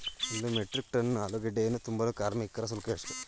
ಒಂದು metric ton ಆಲೂಗೆಡ್ಡೆಯನ್ನು ತುಂಬಲು ಕಾರ್ಮಿಕರ ಶುಲ್ಕ ಎಷ್ಟು?